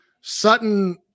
sutton